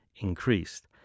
increased